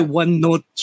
one-note